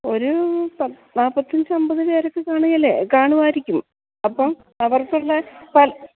ഒരു നാൽപ്പത്തി അഞ്ച് അമ്പത് പേരൊക്കെ കാണുകയില്ലേ കാണുമാായിരിക്കും അപ്പോൾ അവർക്കുള്ള പാൽ